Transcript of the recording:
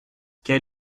quel